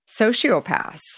sociopaths